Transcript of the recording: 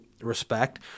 respect